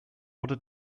order